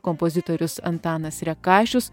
kompozitorius antanas rekašius